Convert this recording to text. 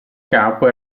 campo